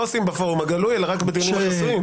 עושים בפורום הגלוי אלא רק בדיונים החסויים.